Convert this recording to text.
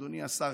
אדוני השר,